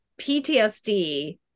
PTSD